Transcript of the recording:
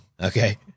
okay